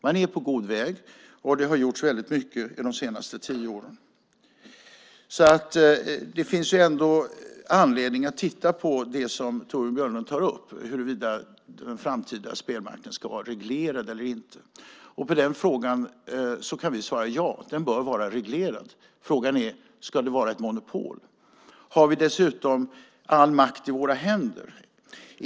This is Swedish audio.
Man är på god väg, och det har gjorts väldigt mycket under de senaste tio åren. Det finns ändå anledning att titta på det som Torbjörn Björlund tar upp och huruvida den framtida spelmarknaden ska vara reglerad eller inte. På den frågan kan vi svara ja. Spelmarknaden bör vara reglerad. Frågan är om det ska vara ett monopol. Har vi dessutom all makt i våra händer?